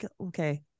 okay